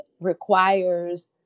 requires